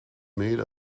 made